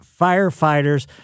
firefighters